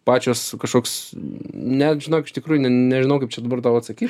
pačios kažkoks net žinok iš tikrųjų ne nežinau kaip čia dabar tau atsakyt